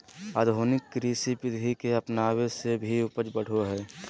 आधुनिक कृषि विधि के अपनाबे से भी उपज बढ़ो हइ